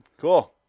Cool